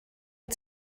wyt